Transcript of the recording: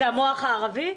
זה המוח הערבי?